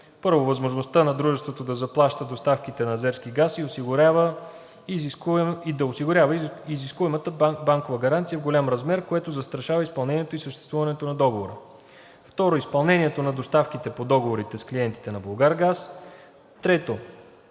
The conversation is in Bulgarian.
4.1. възможността на дружеството да заплаща доставките на азерски газ и да осигурява изискуемата банкова гаранция в голям размер, което застрашава изпълнението и съществуването на договора; 4.2. изпълнението на доставките по договорите с клиентите на Булгаргаз; 4.3.